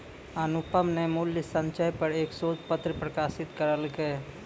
अनुपम न मूल्य संचय पर एक शोध पत्र प्रकाशित करलकय